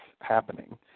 happening